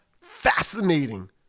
Fascinating